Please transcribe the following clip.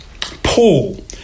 Paul